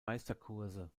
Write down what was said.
meisterkurse